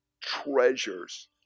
treasures